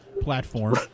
platform